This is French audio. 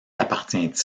appartient